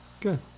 Good